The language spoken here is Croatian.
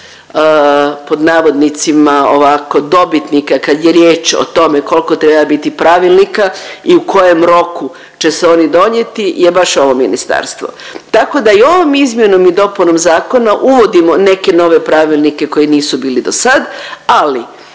pod navodnicima ovako dobitnika kad je riječ o tome koliko treba biti Pravilnika i u kojem roku će se oni donijeti je baš ovo ministarstvo, tako da i ovom izmjenom i dopunom zakona uvodimo neke nove pravilnike koji nisu bili do sad, ali